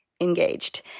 engaged